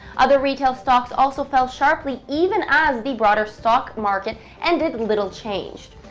other retail stocks also fell sharply even as the broader stock market ended little changed.